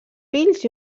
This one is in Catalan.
fills